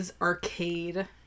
arcade